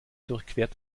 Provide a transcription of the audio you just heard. durchquert